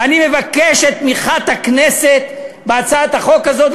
ואני מבקש את תמיכת הכנסת בהצעת החוק הזאת.